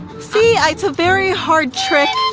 see it's a very hard trick